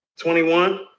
21